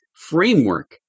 framework